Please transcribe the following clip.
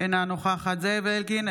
אינה נוכחת זאב אלקין,